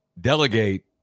delegate